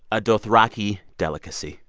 a dothraki delicacy.